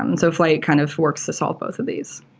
and so flyte kind of works to solve both of these.